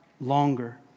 longer